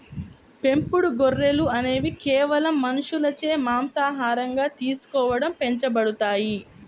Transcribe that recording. పెంపుడు గొర్రెలు అనేవి కేవలం మనుషులచే మాంసాహారంగా తీసుకోవడం పెంచబడతాయి